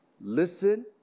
listen